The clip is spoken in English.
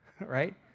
right